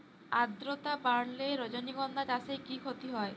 আদ্রর্তা বাড়লে রজনীগন্ধা চাষে কি ক্ষতি হয়?